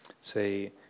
say